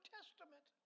Testament